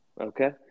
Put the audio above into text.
okay